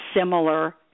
similar